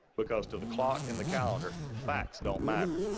because to the clock and the calendar, facts don't matter.